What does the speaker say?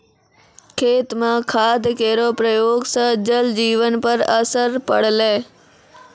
खेत म खाद केरो प्रयोग सँ जल जीवन पर असर पड़लै